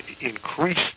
increase